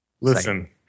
Listen